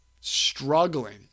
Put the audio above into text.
struggling